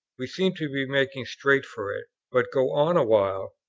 we seem to be making straight for it but go on awhile,